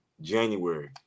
January